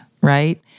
right